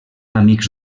amics